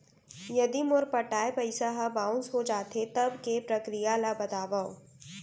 यदि मोर पटाय पइसा ह बाउंस हो जाथे, तब के प्रक्रिया ला बतावव